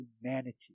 humanity